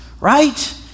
right